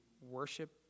worship